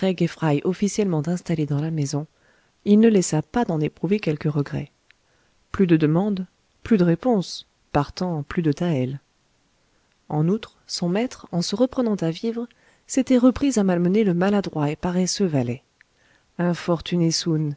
officiellement installés dans la maison il ne laissa pas d'en éprouver quelque regret plus de demandes plus de réponses partant plus de taëls en outre son maître en se reprenant à vivre s'était repris à malmener le maladroit et paresseux valet infortuné